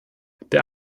der